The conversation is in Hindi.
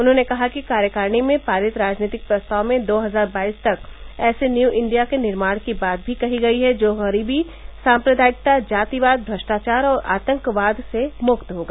उन्होंने कहा कि कार्यकारिणी में पारित राजनीतिक प्रस्ताव में दो हजार बाईस तक ऐसे न्यू इंडिया के निर्माण की बात भी कही गई है जो गरीबी सांप्रदायिकता जातिवाद भ्रष्टाचार और आतंकवाद से मुक्त होगा